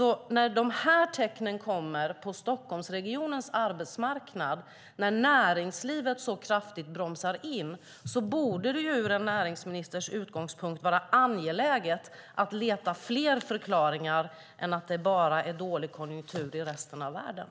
När de här tecknen kommer på Stockholmsregionens arbetsmarknad, när näringslivet så kraftigt bromsar in, borde det från en näringsministers utgångspunkt vara angeläget att leta fler förklaringar än att det bara är dålig konjunktur i resten av världen.